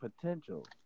potential